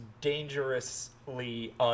dangerously